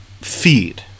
feed